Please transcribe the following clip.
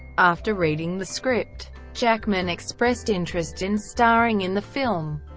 after reading the script, jackman expressed interest in starring in the film,